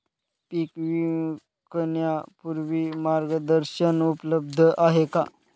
पीक विकण्यापूर्वी मार्गदर्शन उपलब्ध आहे का?